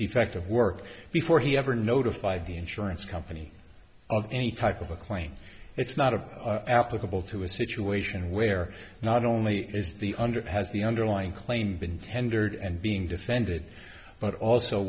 defective work before he ever notified the insurance company of any type of a claim it's not an applicable to a situation where not only is the under has the underlying claim been tendered and being defended but also